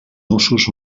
nusos